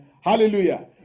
Hallelujah